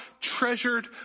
treasured